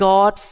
God